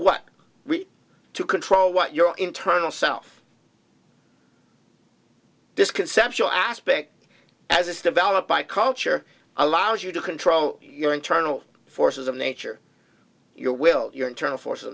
we to control what your internal self this conceptual aspect as it's developed by culture allows you to control your internal forces of nature your will your internal forces